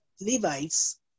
Levites